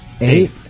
Eight